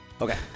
Okay